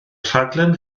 rhaglen